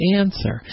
answer